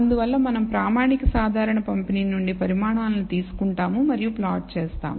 అందువల్ల మనం ప్రామాణిక సాధారణ పంపిణీ నుండి పరిమాణాలను తీసుకుంటాము మరియు ప్లాట్లు చేస్తాం